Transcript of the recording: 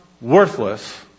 worthless